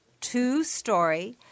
two-story